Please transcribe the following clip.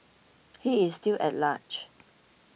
he is still at large